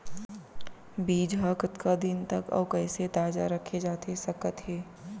बीज ह कतका दिन तक अऊ कइसे ताजा रखे जाथे सकत हे?